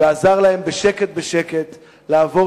ועזר להם בשקט-בשקט לעבור